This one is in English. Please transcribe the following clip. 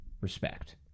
respect